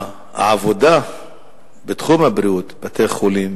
העבודה בתחום הבריאות בבתי-החולים,